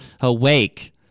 Awake